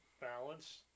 balance